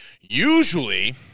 usually